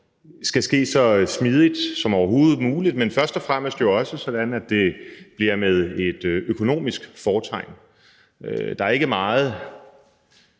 skal ske så smidigt som overhovedet muligt, men først og fremmest jo også sådan, at det bliver med et økonomisk fortegn. Der er ikke meget